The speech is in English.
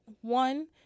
One